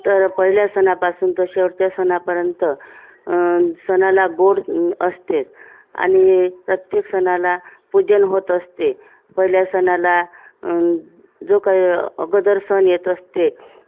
तर पहिल्या सणापासून तर शेवटच्या सणापर्यंत सणाला गोड असतेच आणि प्रत्येक सणाला पूजन होत असते पहिल्या सणाला जो काही अगोदर सण येत असते